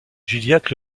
gilliatt